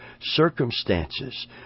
circumstances